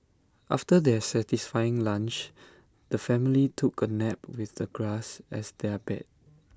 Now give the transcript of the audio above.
after their satisfying lunch the family took A nap with the grass as their bed